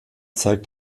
zeigt